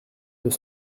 deux